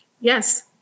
Yes